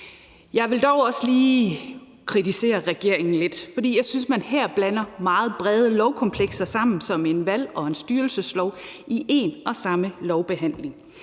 Jeg vil dog også lige kritisere regeringen lidt, for jeg synes, at man her blander nogle meget brede lovkomplekser som en valg- og en styrelseslov sammen i en og samme lovbehandling.